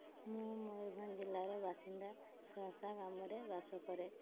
ମୁଁ ମୟୁରଭଞ୍ଜ ଜିଲ୍ଲାର ବାସିନ୍ଦା ଶସା ଗ୍ରାମରେ ବାସକରେ